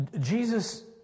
Jesus